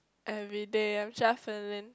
everyday I'm shuffling